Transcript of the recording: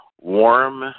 warm